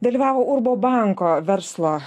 dalyvavo urbo banko verslo